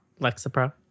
Lexapro